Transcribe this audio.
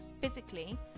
physically